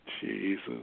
Jesus